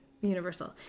Universal